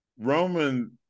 Roman